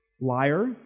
Liar